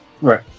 right